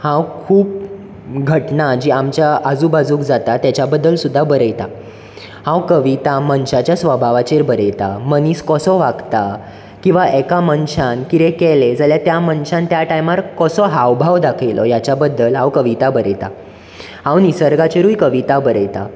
हांव खूब घटना जी आमच्या आजू बाजूक जाता तेच्या बद्दल सुद्दां बरयता हांव कविता मनशाच्या स्वभावाचेर बरयतां मनीस कसो वागता किंवा एका मनशान कितें केलें जाल्यार त्या मनशान त्या टायमार कसो हाव भाव दाखयलो हाच्या बद्दल हांव कविता बरयतां हांव निसर्गाचेरूय कविता बरयतां